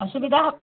অসুবিধা